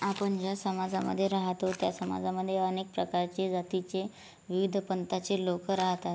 आपण ज्या समाजामध्ये राहतो त्या समाजामध्ये अनेक प्रकारचे जातीचे विविध पंथाचे लोक राहतात